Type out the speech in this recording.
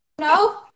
no